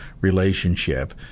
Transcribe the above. relationship